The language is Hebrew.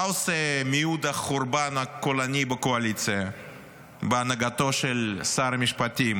מה עושה מיעוט החורבן הקולני בקואליציה בהנהגתו של שר המשפטים